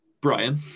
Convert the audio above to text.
Brian